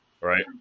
right